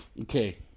Okay